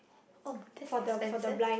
oh that's expensive